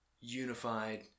unified